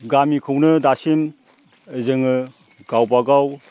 गामिखौनो दासिम जोङो गावबागाव